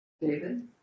David